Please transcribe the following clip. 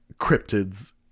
cryptids